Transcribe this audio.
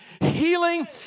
healing